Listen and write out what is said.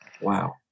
Wow